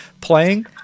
playing